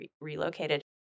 relocated